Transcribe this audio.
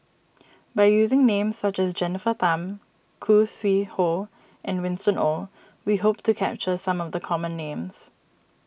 by using names such as Jennifer Tham Khoo Sui Hoe and Winston Oh we hope to capture some of the common names